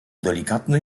delikatnie